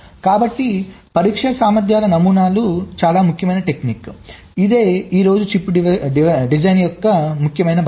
కాబట్టి పరీక్ష సామర్ధ్యాల నమూనాలు చాలా ముఖ్యమైన టెక్నిక్ ఇది ఈ రోజు చిప్ డిజైన్ యొక్క ముఖ్యమైన భాగం